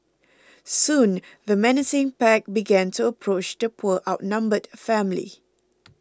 soon the menacing pack began to approach the poor outnumbered family